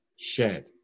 shared